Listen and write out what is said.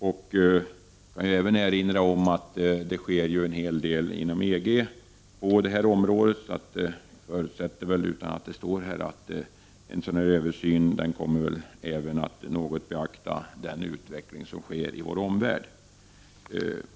Jag vill även erinra om att en hel del sker inom EG på detta område. Därför förutsätter jag — trots att det inte nämns något om den saken här — att man vid en sådan här översyn också beaktar utvecklingen i vår omvärld.